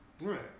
Right